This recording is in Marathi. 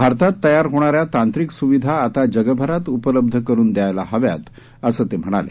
भारतात तयार होणाऱ्या तांत्रिक स्विधा आता जगभरात उपलब्ध करुन द्यायला हव्यात असं ते म्हणाले